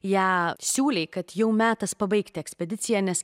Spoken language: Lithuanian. ją siūlei kad jau metas pabaigti ekspediciją nes